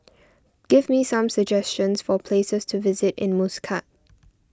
give me some suggestions for places to visit in Muscat